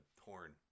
horn